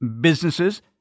businesses